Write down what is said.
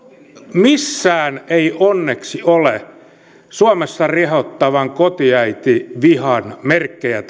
missään teidän vaihtoehtobudjeteistanne ei onneksi ole suomessa rehottavan kotiäitivihan merkkejä